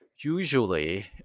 usually